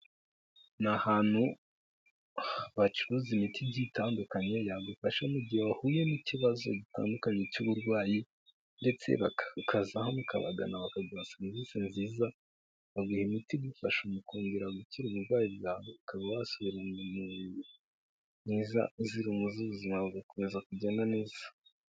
Ni ahantu bacuruza imiti igiye itandukanye yagufasha mu gihe wahuye n'ikibazo gitandukanye cy'uburwayi, ndetse ukaza hano ukabagana bakaguha serivisi nziza, baguha imiti igufasha mu kongera gukira uburwayi bwawe, ukaba wasubirana umubiri mwiza uzira umuze, ubuzima bugakomeza kugenda neza.